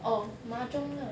orh mahjong lah